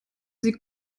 sie